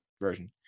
version